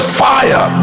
fire